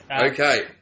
Okay